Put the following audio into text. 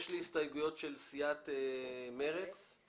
היא מאפשרת בניית מגדלים ליד החומות.